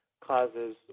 causes